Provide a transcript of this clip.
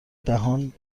دهان